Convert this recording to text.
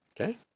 Okay